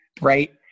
Right